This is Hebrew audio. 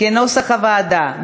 כנוסח הוועדה.